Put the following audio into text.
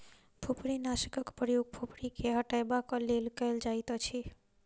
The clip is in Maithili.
फुफरीनाशकक प्रयोग फुफरी के हटयबाक लेल कयल जाइतअछि